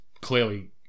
clearly